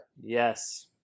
Yes